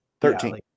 Thirteen